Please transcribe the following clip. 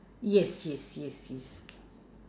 yes yes yes yes